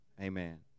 Amen